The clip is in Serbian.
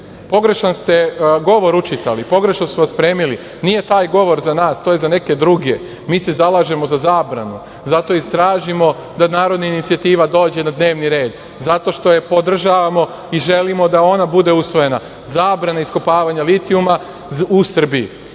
pogrešan ste govor učitali, pogrešno su vas spremili. Nije taj govor za nas, to je za neke druge. Mi se zalažemo za zabranu. Zato i tražimo da narodna inicijativa dođe na dnevni red, zato što je podržavamo i želimo da ona bude usvojena. Zabrana iskopavanja litijuma u Srbiji. Druga